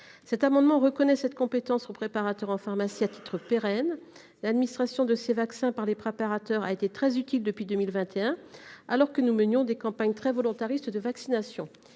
à titre pérenne cette compétence aux préparateurs en pharmacie. L'administration de ces vaccins par les préparateurs a été très utile depuis 2021, alors que nous menions des campagnes tout à fait volontaristes de vaccination.